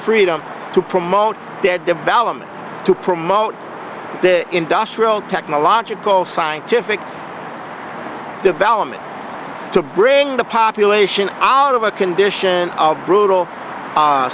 freedom to promote dead development to promote the industrial technological scientific development to bring the population out of a condition of brutal